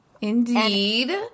Indeed